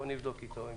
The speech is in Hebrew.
בואו נבדוק אתו.